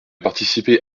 participé